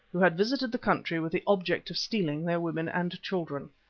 who had visited the country with the object of stealing their women and children.